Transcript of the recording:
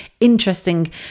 interesting